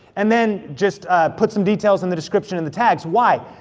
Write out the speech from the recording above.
and then just put some details in the description and the tags, why?